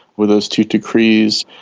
with those two decrees,